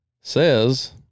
says